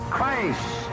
Christ